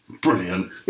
Brilliant